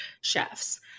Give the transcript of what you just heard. chefs